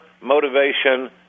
motivation